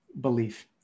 belief